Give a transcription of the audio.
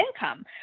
income